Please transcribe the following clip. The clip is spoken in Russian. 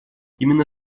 именно